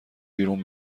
بیرون